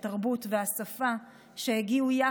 התרבות והשפה שהגיעו איתן,